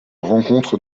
rencontre